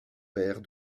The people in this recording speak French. père